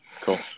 cool